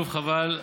חבל,